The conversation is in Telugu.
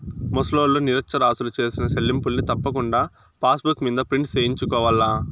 ముసలోల్లు, నిరచ్చరాసులు సేసిన సెల్లింపుల్ని తప్పకుండా పాసుబుక్ మింద ప్రింటు సేయించుకోవాల్ల